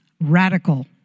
Radical